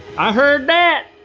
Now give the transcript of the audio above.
i heard dat!